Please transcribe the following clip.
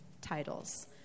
titles